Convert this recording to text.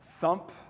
thump